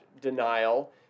denial